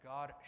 God